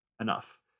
enough